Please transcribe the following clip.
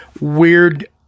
weird